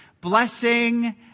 blessing